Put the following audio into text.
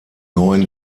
neuen